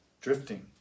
drifting